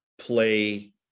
play